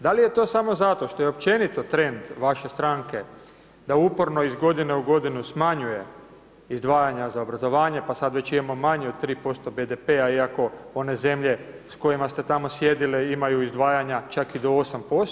Da li je to samo zato, što je općenito trend vaše stranke, da uporno iz godinu u godinu, smanjuje izdvajanje za obrazovanje, pa sad već imamo manje od 3% BDP-a iako one zemlje s kojima ste tamo sjedile imaju izdvajanja čak do 8%